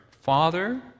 father